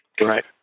Right